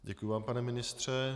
Děkuji vám, pane ministře.